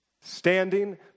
Standing